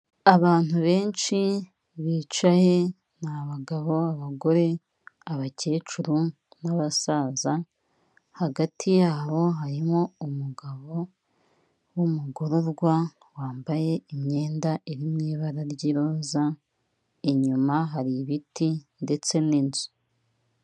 Abantu benshi bicaye ni abagabo, abagore, abakecuru n'abasaza, hagati yabo harimo umugabo w'umugororwa wambaye imyenda iri mu ibara ry'iroza inyuma hari ibiti ndetse n'inzu.